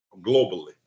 Globally